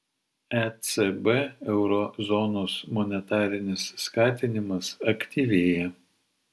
ecb euro zonos monetarinis skatinimas aktyvėja